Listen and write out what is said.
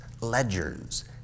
ledgers